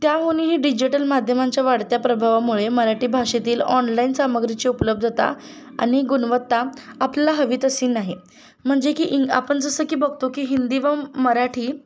त्याहूनही डिजिटल माध्यमांच्या वाढत्या प्रभावामुळे मराठी भाषेतील ऑनलाईन सामग्रीची उपलब्धता आणि गुणवत्ता आपल्याला हवी तशी नाही म्हणजे की इंग आपण जसं की बघतो की हिंदी व मराठी